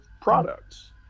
products